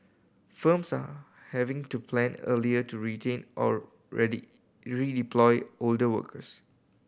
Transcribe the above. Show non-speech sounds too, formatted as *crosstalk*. firms are having to plan earlier to retrain or *unintelligible* redeploy older workers